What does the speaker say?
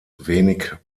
wenig